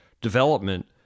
development